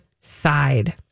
side